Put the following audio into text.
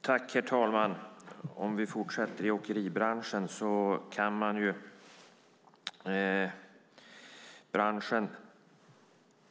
Herr talman! Jag ska fortsätta att tala om åkeribranschen.